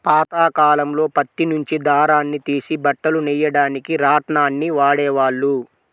పాతకాలంలో పత్తి నుంచి దారాన్ని తీసి బట్టలు నెయ్యడానికి రాట్నాన్ని వాడేవాళ్ళు